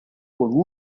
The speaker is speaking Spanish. con